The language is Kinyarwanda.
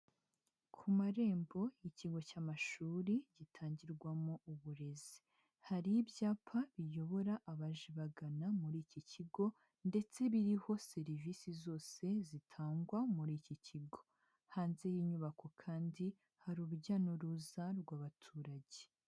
Ku marembo y'ikigo cy'amashuri gitangirwamo uburezi hari ibyapa biyobora abaje bagana muri iki kigo ndetse biriho serivisi zose zitangwa muri iki kigo, hanze y'inyubako kandi hari urujya n'uruza rw'abaturage.